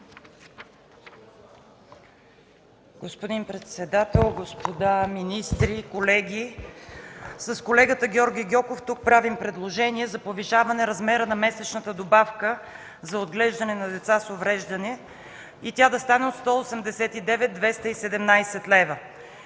Господин председател, господа министри, колеги! С колегата Георги Гьоков тук правим предложение за повишаване размера на месечната добавка за отглеждане на деца с увреждане и тя да стане от 189 на 217 лв.